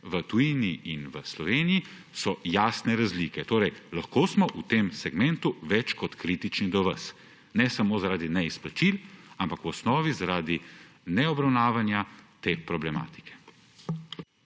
v tujini in v Sloveniji, so jasne razlike. Torej, lahko smo v tem segmentu več kot kritični do vas; ne samo zaradi neizplačil, ampak v osnovi zaradi neobravnavanja te problematike.